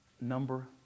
Number